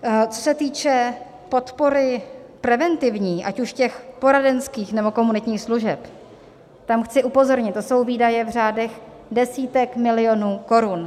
Co se týče podpory preventivní, ať už těch poradenských, nebo komunitních služeb, tam chci upozornit: to jsou výdaje v řádech desítek milionů korun.